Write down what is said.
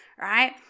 right